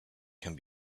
can